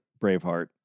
Braveheart